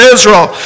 Israel